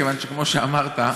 כיוון שכמו שאמרת,